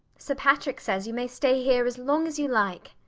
sir patrick says you may stay here as long as you like.